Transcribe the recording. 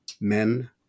men